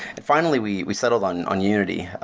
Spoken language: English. finally, we we settled on on unity.